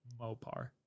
Mopar